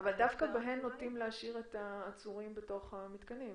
--- אבל דווקא בהן נוטים להשאיר את העצורים בתוך המתקנים.